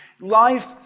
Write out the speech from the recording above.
Life